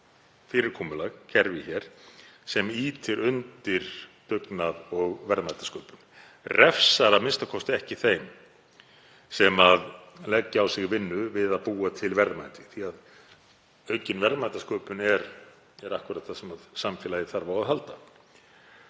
fyrirkomulag og kerfi sem ýtir undir dugnað og verðmætasköpun og refsar a.m.k. ekki þeim sem leggja á sig vinnu við að búa til verðmæti, því að aukin verðmætasköpun er akkúrat það sem samfélagið þarf á að halda.